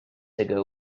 ago